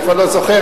אני כבר לא זוכר,